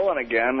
again